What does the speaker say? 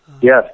Yes